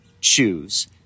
choose